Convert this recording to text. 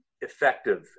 effective